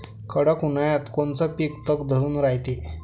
कडक उन्हाळ्यात कोनचं पिकं तग धरून रायते?